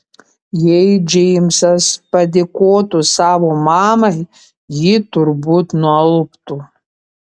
jei džeimsas padėkotų savo mamai ji turbūt nualptų